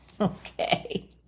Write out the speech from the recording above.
Okay